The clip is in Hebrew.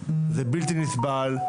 זה בלתי נסבל,